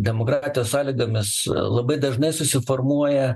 demokratijos sąlygomis labai dažnai susiformuoja